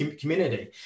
community